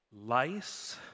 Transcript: Lice